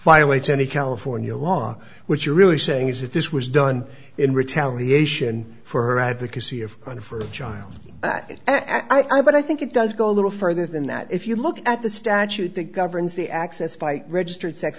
violates any california law which you're really saying is if this was done in retaliation for advocacy of one for a child i but i think it does go a little further than that if you look at the statute that governs the access by registered sex